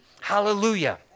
Hallelujah